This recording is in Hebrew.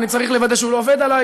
ואני צריך לוודא שהוא לא עובד עליי